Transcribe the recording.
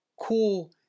cool